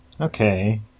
Okay